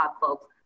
folks